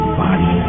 body